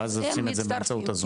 כן, ואז עושים את זה באמצעות הזום.